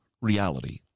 reality